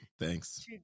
Thanks